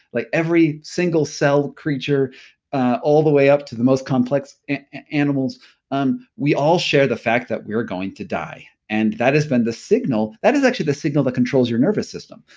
like every single cell creature ah all the way up to the most complex animals um we all share the fact that we're going to die and that has been the signal, that is actually the signal that controls your nervous system.